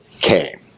came